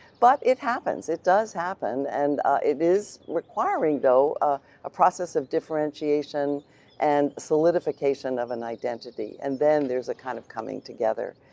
but it happens, it does happen and it is requiring though ah a process of differentiation and solidification of an identity and then there's a kind of coming together,